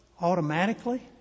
automatically